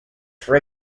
for